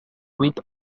with